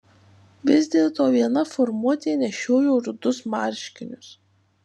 vis dėlto viena formuotė nešiojo rudus marškinius